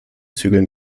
zügeln